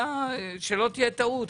שלא תהיה טעות,